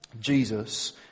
Jesus